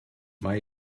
mae